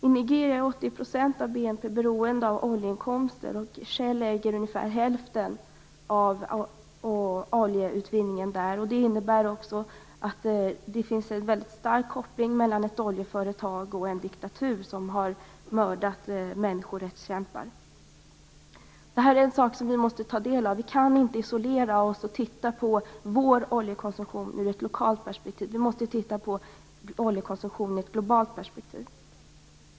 I Nigeria är 80 % av BNP beroende av oljeinkomster. Shell äger ungefär hälften av oljeutvinningen där. Detta innebär också en väldigt stark koppling mellan oljeföretaget och en diktatur som har mördat människorättskämpar. Detta måste vi ta del av i Sverige. Vi kan inte isolera oss och titta på vår oljekonsumtion i ett lokalt perspektiv, utan vi måste se den i ett globalt perspektiv.